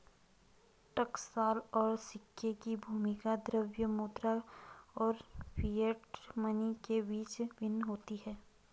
टकसाल और सिक्के की भूमिका द्रव्य मुद्रा और फिएट मनी के बीच भिन्न होती है